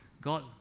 God